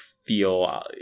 Feel